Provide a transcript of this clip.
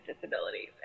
disabilities